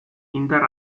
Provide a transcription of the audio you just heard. indar